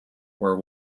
were